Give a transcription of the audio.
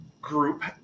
group